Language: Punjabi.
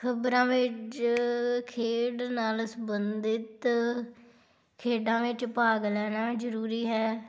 ਖ਼ਬਰਾਂ ਵਿੱਚ ਖੇਡ ਨਾਲ ਸੰਬੰਧਿਤ ਖੇਡਾਂ ਵਿੱਚ ਭਾਗ ਲੈਣਾ ਜ਼ਰੂਰੀ ਹੈ